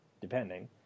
depending